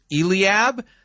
Eliab